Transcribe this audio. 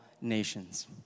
nations